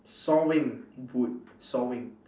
sawing wood sawing